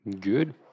good